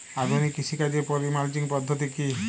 আধুনিক কৃষিকাজে পলি মালচিং পদ্ধতি কি?